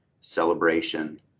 celebration